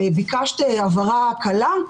ביקשת הבהרה קלה.